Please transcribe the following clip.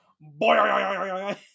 Boy